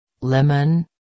Lemon